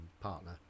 partner